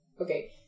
Okay